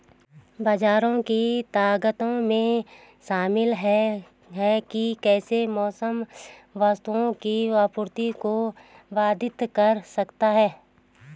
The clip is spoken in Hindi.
बाजार की ताकतों में शामिल हैं कि कैसे मौसम वस्तुओं की आपूर्ति को बाधित कर सकता है